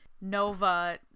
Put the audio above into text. Nova